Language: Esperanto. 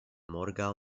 morgaŭ